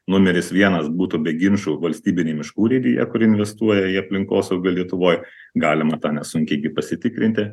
numeris vienas būtų be ginčų valstybinė miškų urėdija kuri investuoja į aplinkosaugą lietuvoj galima nesunkiai pasitikrinti